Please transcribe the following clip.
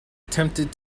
attempted